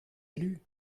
élus